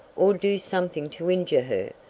or do something to injure her?